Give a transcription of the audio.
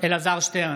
אלעזר שטרן,